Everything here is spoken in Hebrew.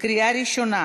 לקריאה ראשונה.